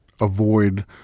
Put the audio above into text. avoid